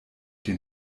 den